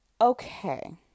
Okay